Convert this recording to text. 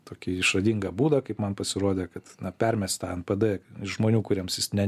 tokį išradingą būdą kaip man pasirodė kad na permest tą npd žmonių kuriems jis ne